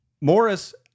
Morris